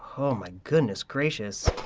oh my goodness gracious.